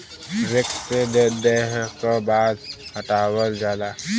wax से देह क बाल हटावल जाला